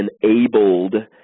enabled